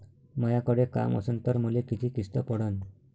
मायाकडे काम असन तर मले किती किस्त पडन?